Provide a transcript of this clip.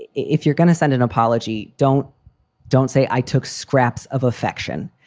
if you're going to send an apology, don't don't say i took scraps of affection.